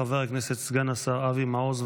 חבר הכנסת סגן השר אבי מעוז,